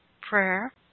Prayer